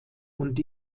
und